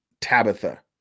Tabitha